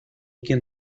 quien